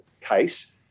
case